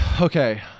Okay